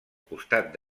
costat